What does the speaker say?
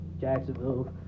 Jacksonville